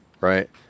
Right